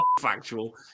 factual